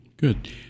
Good